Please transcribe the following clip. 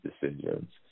decisions